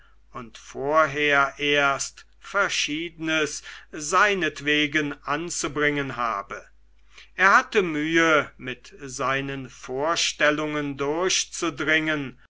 und vorher erst verschiedenes seinetwegen anzubringen habe er hatte mühe mit seinen vorstellungen durchzudringen